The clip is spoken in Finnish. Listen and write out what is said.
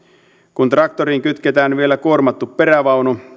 kun traktoriin kytketään vielä kuormattu perävaunu